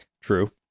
True